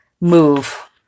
move